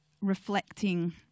reflecting